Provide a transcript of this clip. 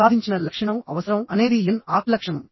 సాధించిన లక్షణం అవసరం అనేది ఎన్ ఆక్ లక్షణం